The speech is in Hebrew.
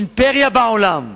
אימפריה בעולם,